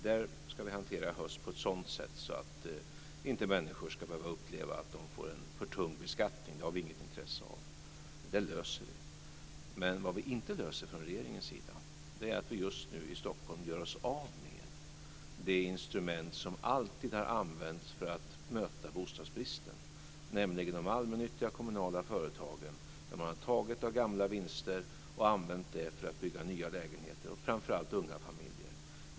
Det ska vi hantera i höst på ett sådant sätt att människor inte ska behöva uppleva att de får en för tung beskattning. Det har vi inget intresse av. Det löser vi. Men vad regeringen inte kan lösa är att vi just nu i Stockholm gör oss av med det instrument som alltid har använts för att möta bostadsbristen, nämligen de allmännyttiga kommunala företagen där man har tagit av gamla vinster och använt dem för att bygga nya lägenheter åt framför allt unga familjer.